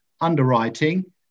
underwriting